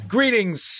Greetings